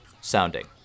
sounding